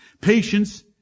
patience